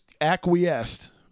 acquiesced